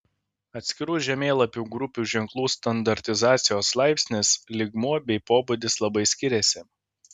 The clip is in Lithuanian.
atskirų žemėlapių grupių ženklų standartizacijos laipsnis lygmuo bei pobūdis labai skiriasi